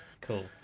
Cool